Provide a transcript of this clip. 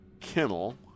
Kennel